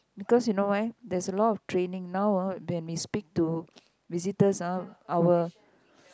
because you know why there's a lot of training now ah when we speak to visitors ah our